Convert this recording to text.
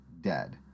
dead